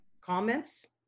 comments